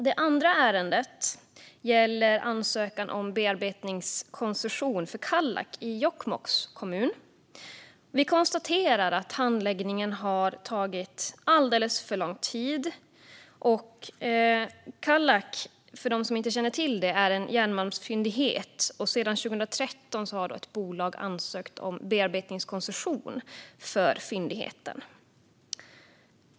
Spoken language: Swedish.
Det andra ärendet gäller ansökan om bearbetningskoncession för Kallak i Jokkmokks kommun. Vi konstaterar att handläggningen har tagit alldeles för lång tid. Kallak är, för dem som inte känner till det, en järnmalmsfyndighet. Sedan 2013 har ett bolag ansökt om bearbetningskoncession för fyndigheten.